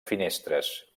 finestres